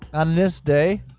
on this day